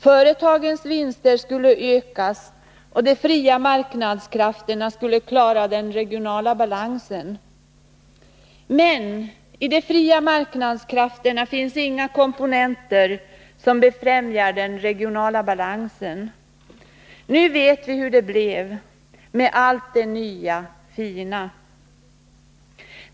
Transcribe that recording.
Företagens vinster skulle ökas, och de fria marknadskrafterna skulle klara av den regionala balansen. Men i de fria marknadskrafterna finns inga komponenter som befrämjar den regionala balansen. Nu vet vi hur det blev, med allt det nya och fina.